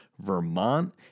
Vermont